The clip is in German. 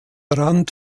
rand